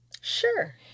Sure